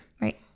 Right